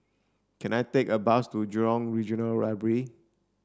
can I take a bus to Jurong Regional Library